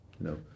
No